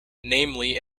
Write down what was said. namely